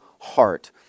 heart